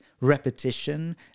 repetition